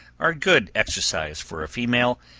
are good exercise for a female,